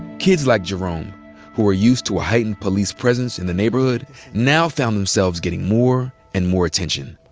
kids like jerome who were used to a heightened police presence in the neighborhood now found themselves getting more and more attention.